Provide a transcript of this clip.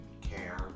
care